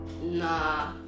Nah